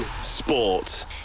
Sports